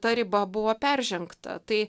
ta riba buvo peržengta tai